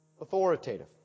Authoritative